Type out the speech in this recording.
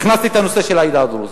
הכנסתי את הנושא של העדה הדרוזית.